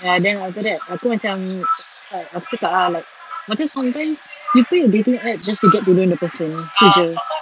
ya then after that aku macam it's like aku cakap ah macam sometimes you just play the dating app just to get to know the person itu jer